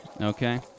Okay